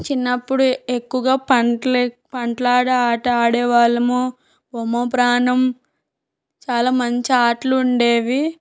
చిన్నప్పుడు ఎక్కువగా పంటలు పంటలాట ఆట ఆడేవాళ్ళము ఒమో ప్రాణం చాలా మంచి ఆటలు ఉండేవి